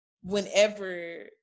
whenever